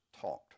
talked